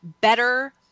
better